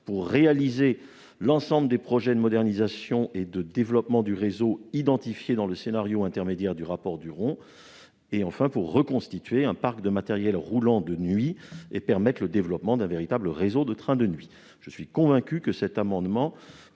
pour réaliser l'ensemble des projets de modernisation et de développement du réseau identifié dans le scénario intermédiaire du rapport Duron et, enfin, pour reconstituer un parc de matériel roulant de nuit et favoriser le développement d'un véritable réseau de trains de nuit. Je suis convaincu que cet amendement